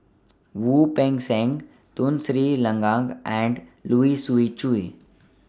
Wu Peng Seng Tun Sri Lanang and Siu Chiu